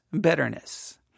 bitterness